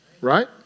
Right